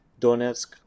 Donetsk